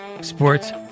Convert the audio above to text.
sports